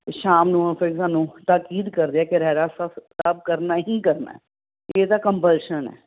ਸ਼ਾਮ ਨੂੰ ਫਿਰ ਸਾਨੂੰ ਤਾਕੀਦ ਕਰਦੇ ਆ ਕਿ ਰਹਿਰਾਸ ਸਾਹਿਬ ਕਰਨਾ ਹੀ ਕਰਨਾ ਇਹ ਤਾਂ ਕਪਲਸ਼ਨ ਹੈ